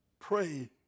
Pray